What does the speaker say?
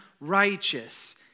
righteous